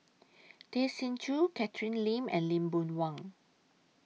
Tay Chin Joo Catherine Lim and Lee Boon Wang